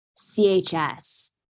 CHS